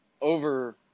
over